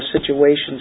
situations